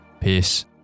Peace